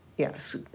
Yes